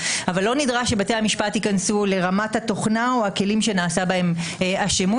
אבל לא נדרש שבתי המשפט ייכנסו לרמת התוכנה או הכלים שנעשה בהם השימוש.